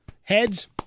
heads